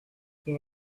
there